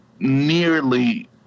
nearly